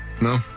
No